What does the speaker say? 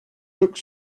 looked